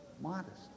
modest